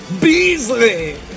Beasley